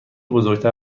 بزرگتر